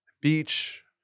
beach